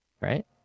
right